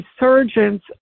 resurgence